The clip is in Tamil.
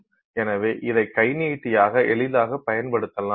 எனவே இதை கை நீட்டியாக எளிதாகப் பயன்படுத்தலாம்